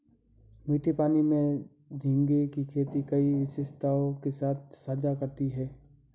मीठे पानी में झींगे की खेती कई विशेषताओं के साथ साझा करती है